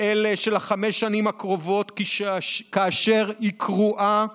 אלה של חמש השנים הקרובות כאשר היא קרועה,